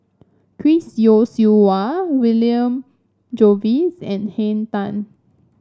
Chris Yeo Siew Hua William Jervois and Henn Tan